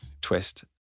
twist